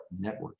networking